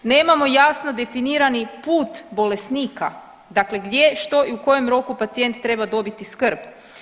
Nemamo jasno definirani put bolesnika, dakle gdje, što i u kojem roku pacijent treba dobiti skrb.